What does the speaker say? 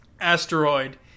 asteroid